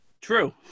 True